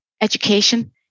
education